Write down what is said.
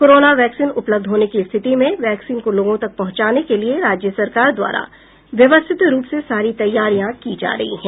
corona vaccine उपलब्ध होने की स्थिति में वैक्सीन को लोगों तक पहुंचाने के लिए राज्य सरकार द्वारा व्यवस्थित रुप से सारी तैयारियां की जा रही हैं